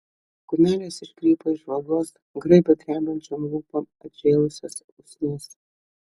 kumelės iškrypo iš vagos graibė drebančiom lūpom atžėlusias usnis